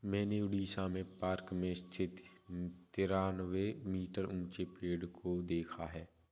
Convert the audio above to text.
मैंने उड़ीसा में पार्क में स्थित तिरानवे मीटर ऊंचे पेड़ को देखा है